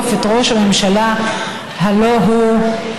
; היא הניחה את זה,